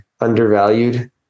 undervalued